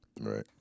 Right